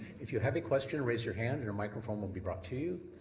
if you have a question, raise your hand and a microphone will be brought to you.